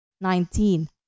nineteen